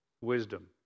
Wisdom